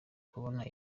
kubona